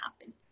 happen